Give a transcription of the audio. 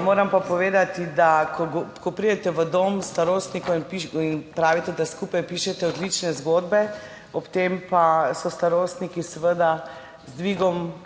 Moram pa povedati, ko pridete v dom starostnikov, pravite, da skupaj pišete odlične zgodbe, ob tem pa so starostniki z dvigom